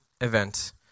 event